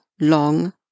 long